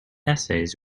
essays